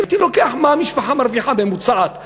הייתי לוקח מה שמשפחה ממוצעת מרוויחה.